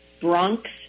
Bronx